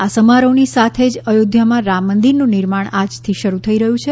આ સમારોહની સાથે જ અયોધ્યામાં રામ મંદિરનું નિર્માણ આજથી શરૂ થઈ રહ્યું છે